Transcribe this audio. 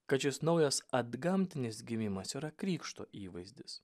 kad šis naujas antgamtinis gimimas yra krikšto įvaizdis